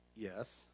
Yes